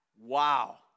Wow